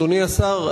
אדוני השר,